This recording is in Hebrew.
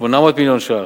800 מיליון שקלים.